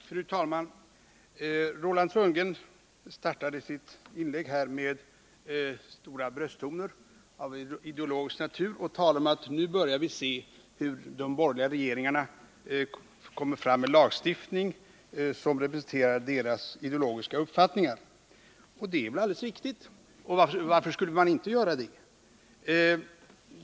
Fru talman! Roland Sundgren började sitt inlägg här med djupa brösttoner av ideologisk natur och talade om att vi nu börjar se hur de borgerliga regeringarna kommer fram med lagstiftning som representerar deras ideologiska uppfattningar. Det är väl alldeles riktigt. Varför skulle de inte göra det?